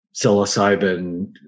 psilocybin